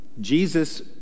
Jesus